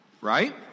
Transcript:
right